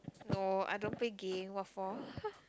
no I don't play game what for